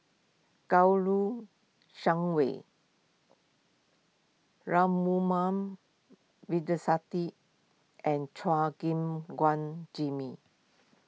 Kouo Shang Wei and Chua Gim Guan Jimmy